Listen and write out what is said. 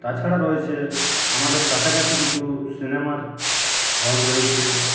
তাছাড়া রয়েছে আমাদের কাছাকাছি কিছু সিনেমার হল রয়েছে